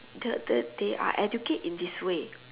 the the they are educate in this way